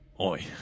Oi